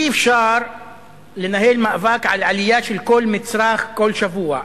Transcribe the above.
אי-אפשר לנהל מאבק על עליית מחיר של כל מצרך כל שבוע.